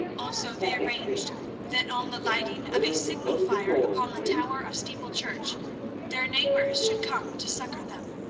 also they arranged that on the lighting of a signal fire upon the tower of steeple church their neighbours should come to succour them.